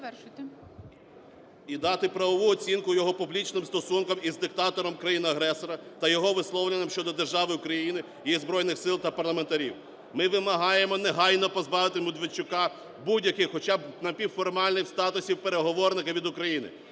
…і дати правову оцінку його публічним стосункам із диктатором країни-агресора та його висловлюванням щодо держави України, її Збройних Сил та парламентарів. Ми вимагаємо негайно позбавити Медведчука будь-яких, хоча б напівформальних, статусів переговорників від України.